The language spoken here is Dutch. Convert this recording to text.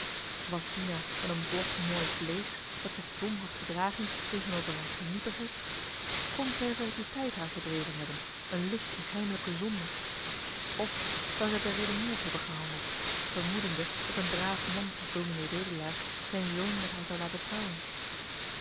was dina dan een dom blok mooi vleesch dat zich dom had gedragen tegenover een geniepigerd kon perversiteit haar gedreven hebben een lust in heimelijke zonde of zou zij beredeneerd hebben gehandeld vermoedende dat een braaf man als dominee wedelaar zijn zoon met haar zou laten trouwen